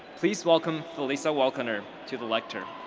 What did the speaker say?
please welcome felisa welkener to the lectern.